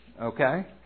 okay